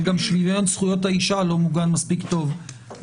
אבל גם שוויון זכויות האישה לא מוגן טוב מספיק בחקיקה.